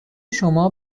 شما